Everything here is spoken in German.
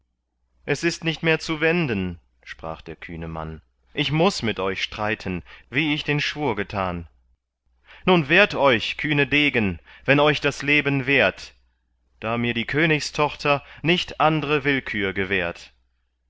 es ist nicht mehr zu wenden sprach der kühne mann ich muß mit euch streiten wie ich den schwur getan nun wehrt euch kühne degen wenn euch das leben wert da mir die königstochter nicht andre willkür gewährt